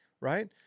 right